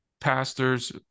Pastors